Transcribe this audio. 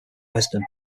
wisdom